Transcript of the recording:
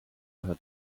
had